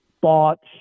thoughts